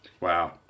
Wow